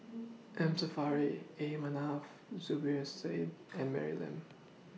M Saffri A Manaf Zubir Said and Mary Lim